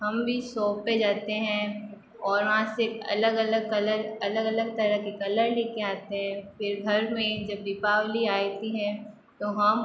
हम भी सॉप पे जाते हैं और वहाँ से अलग अलग कलर अलग अलग तरह के कलर लेके आते हैं फिर घर में जब दीपावली आती है तो हम